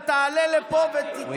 אתה תעלה לפה ותתנצל בפניי.